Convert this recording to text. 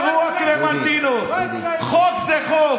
הממשלה הזאת, זה התפקיד שלה.